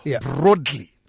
broadly